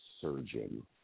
surgeon